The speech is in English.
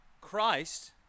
Christ